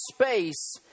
space